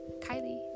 kylie